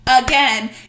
again